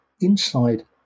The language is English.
inside